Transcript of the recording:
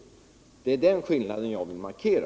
Det är den skillnaden jag vill markera.